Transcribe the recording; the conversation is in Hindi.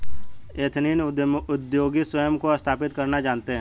एथनिक उद्योगी स्वयं को स्थापित करना जानते हैं